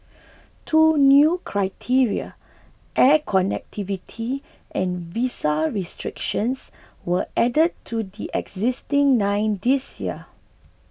two new criteria air connectivity and visa restrictions were added to the existing nine this year